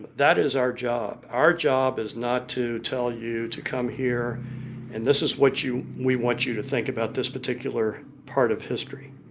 that is our job, our job is not to tell you to come here and this is what we want you to think about this particular part of history,